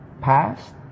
past